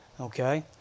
Okay